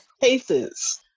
Cases